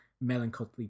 melancholy